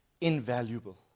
invaluable